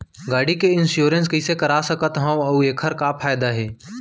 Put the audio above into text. गाड़ी के इन्श्योरेन्स कइसे करा सकत हवं अऊ एखर का फायदा हे?